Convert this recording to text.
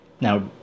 Now